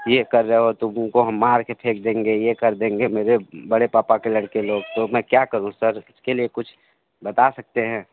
ये कर रहे हो तो तुमको मार के फेंक देंगे ये कर देंगे मेरे बड़े पापा के लड़के लोग तो मैं क्या करूं सर उसके लिए कुछ बता सकते हैं